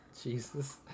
Jesus